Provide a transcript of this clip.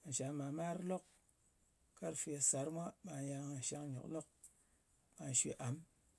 Nga sha mar-mar lok, karfe sar mwa, ɓe nga yal nga shangnyok lok, kwà shwe am.